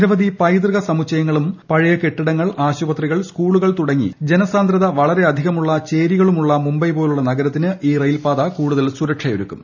നിരവധി പൈതൃക സമുച്ചയങ്ങളും പഴയ കെട്ടിടങ്ങൾ ആശുപത്രികൾ സ്കൂളുകൾ തുടങ്ങി ജനസാന്ദ്രത വളരെയധികമുള്ള ചേരികളുമുള്ള മുംബൈ പോലുള്ള നഗരത്തിന് ഈ റെയിൽപാത കൂടുതൽ സുരക്ഷയൊരുക്കും